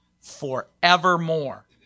forevermore